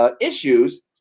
issues